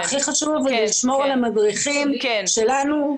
הכי חשוב לשמור על המדריכים שלנו.